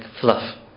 fluff